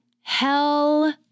Hell